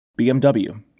BMW